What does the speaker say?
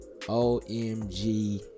omg